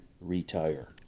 retire